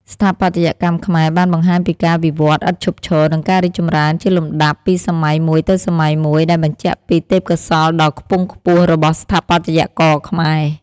ស្ថាបត្យកម្មខ្មែរបានបង្ហាញពីការវិវត្តន៍ឥតឈប់ឈរ និងការរីកចម្រើនជាលំដាប់ពីសម័យមួយទៅសម័យមួយ ដែលបញ្ជាក់ពីទេពកោសល្យដ៏ខ្ពង់ខ្ពស់របស់ស្ថាបត្យករខ្មែរ។